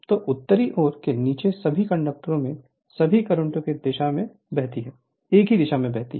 तो उत्तरी ऑल के नीचे सभी कंडक्टरों में सभी करंट एक दिशा में बहती हैं